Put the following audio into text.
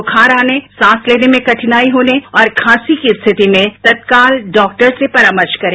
बुखार आने सांस लेने में कठिनाई होने और खांसी की स्थिति में तत्काल डॉक्टर से परामर्श करें